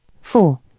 Four